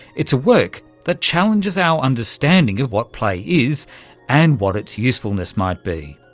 it's a work that challenges our understanding of what play is and what its usefulness might be.